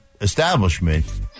establishment